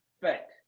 Fact